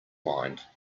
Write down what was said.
mind